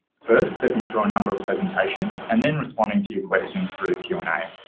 first stepping through a number of presentations and then responding to your questions through the q and a.